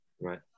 Right